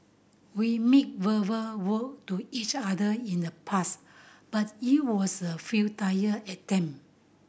we made verbal vow to each other in the past but it was a futile attempt